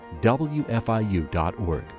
WFIU.org